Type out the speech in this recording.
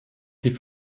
die